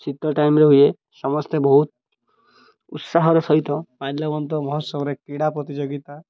ଶୀତ ଟାଇମ୍ରେ ହୁଏ ସମସ୍ତେ ବହୁତ ଉତ୍ସାହର ସହିତ ମାଲ୍ୟବନ୍ତ ମହୋତ୍ସବରେ କ୍ରୀଡ଼ା ପ୍ରତିଯୋଗିତା